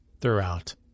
throughout